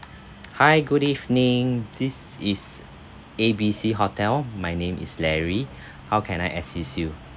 hi good evening this is A B C hotel my name is larry how can I assist you